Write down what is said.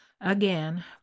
Again